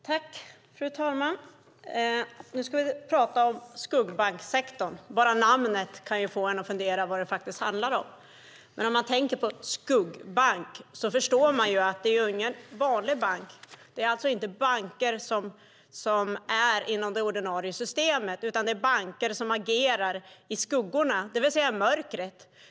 Fru talman! Nu ska vi tala om skuggbanksektorn. Bara namnet kan få en att fundera på vad det faktiskt handlar om. Men om man tänker på skuggbank förstår man ju att det inte är någon vanlig bank. Det är alltså inte banker inom det ordinarie systemet, utan det är banker som agerar i skuggorna, det vill säga i mörkret.